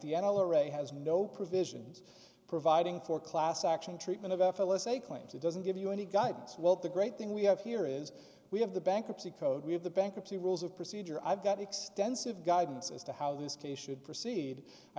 a has no provisions providing for class action treatment of f l s a claim to doesn't give you any guidance well the great thing we have here is we have the bankruptcy code we have the bankruptcy rules of procedure i've got extensive guidance as to how this case should proceed i